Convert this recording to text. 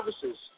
services